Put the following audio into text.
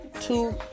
two